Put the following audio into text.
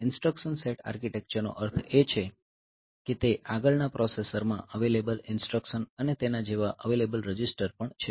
instruction set આર્કિટેક્ચરનો અર્થ એ છે કે તે આગળના પ્રોસેસરમાં અવેલેબલ ઇન્સટ્રકશન અને તેના જેવા અવેલેબલ રજિસ્ટર પણ છે